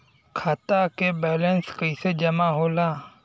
खाता के वैंलेस कइसे जमा होला?